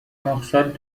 مقصد